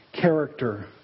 character